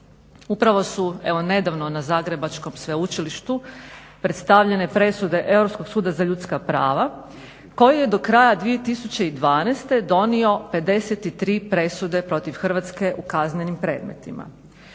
Upravo su evo nedavno na Zagrebačkom sveučilištu predstavljene presude Europskog suda za ljudska prava koji je do kraja 2012. donio 53 presude protiv Hrvatske u kaznenim predmetima.